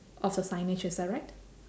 of the signage is that right